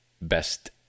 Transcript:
best